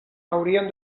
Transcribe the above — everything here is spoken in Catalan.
haurien